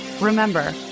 Remember